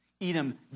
Edom